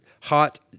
hot